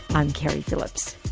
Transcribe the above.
i'm keri phillips